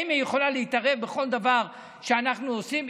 האם הם יכולים להתערב בכל דבר שאנחנו עושים?